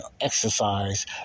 exercise